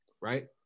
right